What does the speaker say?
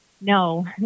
no